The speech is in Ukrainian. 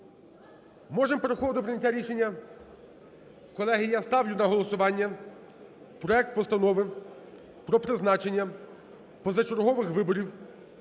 Можемо переходити до прийняття рішення? Колеги, я ставлю на голосування проект Постанови про призначення позачергових виборів